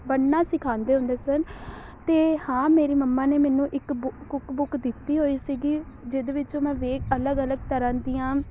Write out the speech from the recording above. ਬਣਨਾ ਸਿਖਾਉਂਦੇ ਹੁੰਦੇ ਸਨ ਅਤੇ ਹਾਂ ਮੇਰੀ ਮੰਮਾ ਨੇ ਮੈਨੂੰ ਇੱਕ ਬੁੱ ਕੁੱਕ ਬੁੱਕ ਦਿੱਤੀ ਹੋਈ ਸੀਗੀ ਜਿਹਦੇ ਵਿੱਚੋਂ ਮੈਂ ਦੇਖ ਅਲੱਗ ਅਲੱਗ ਤਰ੍ਹਾਂ ਦੀਆਂ